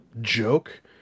joke